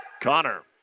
Connor